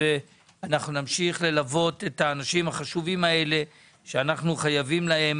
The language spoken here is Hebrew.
ונמשיך ללוות את האנשים החשובים האלה שאנחנו חייבים להם